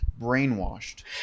brainwashed